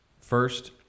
First